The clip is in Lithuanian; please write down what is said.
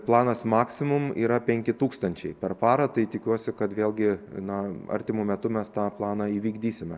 planas maksimum yra penki tūkstančiai per parą tai tikiuosi kad vėlgi na artimu metu mes tą planą įvykdysime